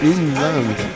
England